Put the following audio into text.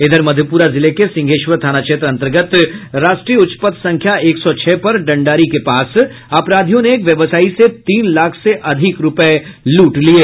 इधर मधेपुरा जिले के सिंहेश्वर थाना क्षेत्र अंतर्गत राष्ट्रीय उच्च पथ संख्या एक सौ छह पर डंडारी के पास अपराधियों ने एक व्यवसायी से तीन लाख से अधिक रूपये लूट लिये